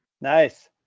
Nice